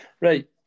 Right